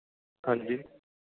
ਹਾਂਜੀ